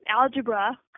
algebra